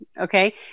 okay